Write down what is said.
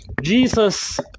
Jesus